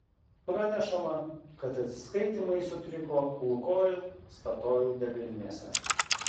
pranešama kad atsiskaitymai sutriko lukoil statoil degalinėse